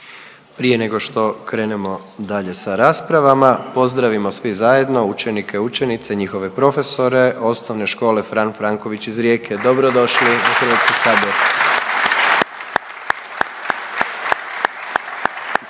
Prije nego što krenemo dalje sa raspravama, pozdravimo svi zajedno učenike i učenice i njihove profesore OŠ Fran Franković iz Rijeke, dobrodošli u HS /Pljesak/.